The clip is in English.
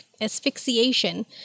asphyxiation